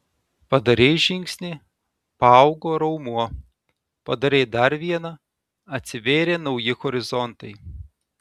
padarei žingsnį paaugo raumuo padarei dar vieną atsivėrė nauji horizontai